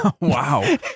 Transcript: Wow